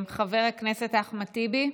חבר הכנסת אחמד טיבי,